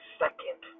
second